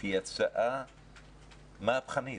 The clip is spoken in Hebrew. היא הצעה מהפכנית,